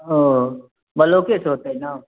ओ ब्लॉके से होयतै नाम